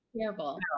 Terrible